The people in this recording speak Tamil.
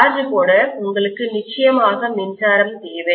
சார்ஜ் போட உங்களுக்கு நிச்சயமாக மின்சாரம் தேவை